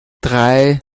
drei